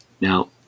Now